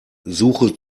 suche